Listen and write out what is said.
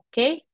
Okay